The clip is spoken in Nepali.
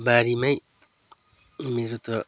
बारीमै मेरो त